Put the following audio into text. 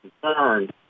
concern